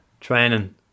Training